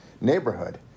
neighborhood